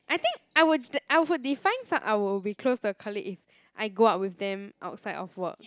I think I would d~ I would define s~ I will be close to the colleague if I go out with them outside of work